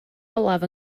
olaf